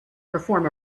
perform